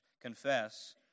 confess